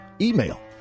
email